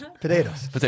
Potatoes